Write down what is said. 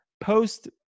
post